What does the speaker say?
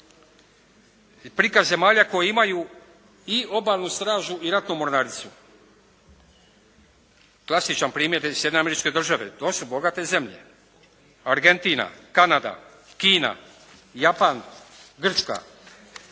prikaz zemalja koje imaju i obalnu stražu i ratnu mornaricu. Klasičan primjer Sjedinjene Američke Države. To su bogate zemlje. Argentina, Kanada, Kina, Japan, Grčka.